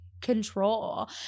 control